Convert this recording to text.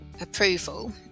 approval